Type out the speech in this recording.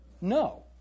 No